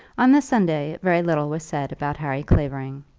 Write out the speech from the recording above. on the sunday very little was said about harry clavering.